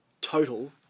total